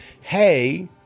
hey